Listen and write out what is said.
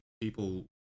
People